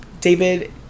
David